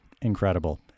incredible